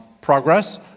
progress